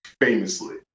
famously